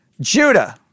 Judah